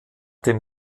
dem